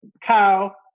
cow